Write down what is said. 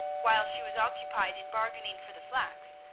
while she was occupied in bargaining for the flax,